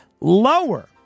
lower